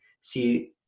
see